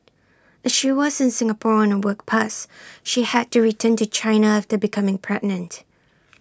as she was in Singapore on A work pass she had to return to China after becoming pregnant